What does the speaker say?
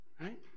right